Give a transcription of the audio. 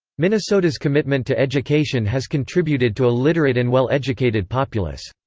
minnesota's commitment to education has contributed to a literate and well-educated populace.